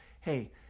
Hey